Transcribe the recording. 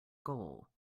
goal